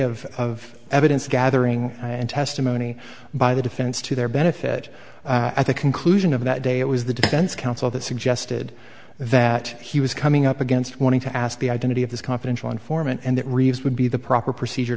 of of evidence gathering and testimony by the defense to their benefit at the conclusion of that day it was the defense counsel that suggested that he was coming up against wanting to ask the identity of this confidential informant and that reaves would be the proper procedure